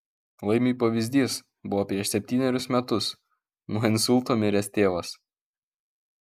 laimiui pavyzdys buvo prieš septynerius metus nuo insulto miręs tėvas